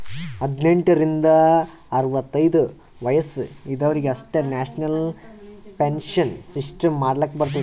ಹದ್ನೆಂಟ್ ರಿಂದ ಅರವತ್ತೈದು ವಯಸ್ಸ ಇದವರಿಗ್ ಅಷ್ಟೇ ನ್ಯಾಷನಲ್ ಪೆನ್ಶನ್ ಸಿಸ್ಟಮ್ ಮಾಡ್ಲಾಕ್ ಬರ್ತುದ